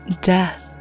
death